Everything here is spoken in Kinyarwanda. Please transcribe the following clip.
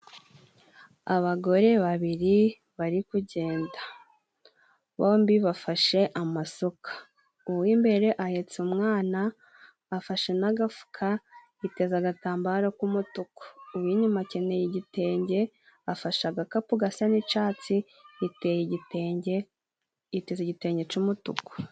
Abagore babiri bari kugenda. Bombi bafashe amasuka uw'imbere ahetse umwana afashe n'agafuka yiteze agatambaro k'umutuku . Uw'inyuma akenyeye igitenge afashe agakapu gasa n'icatsi yiteye igitenge , yiteze igitenge c'umutuku.